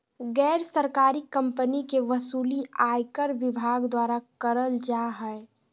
गैर सरकारी कम्पनी के वसूली आयकर विभाग द्वारा करल जा हय